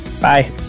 Bye